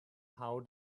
how